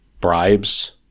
bribes